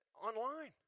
Online